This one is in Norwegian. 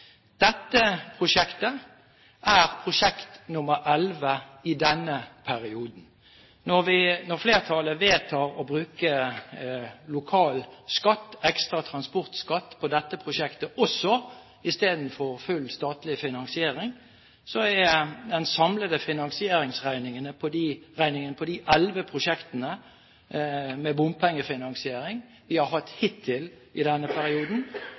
Dette prosjektet er prosjekt nr. 11 i denne perioden. Når flertallet vedtar å bruke lokal skatt, ekstra transportskatt, på dette prosjektet også istedenfor full statlig finansiering, er den samlede finansieringsregningen på de elleve prosjektene med bompengefinansiering vi har hatt hittil i denne perioden,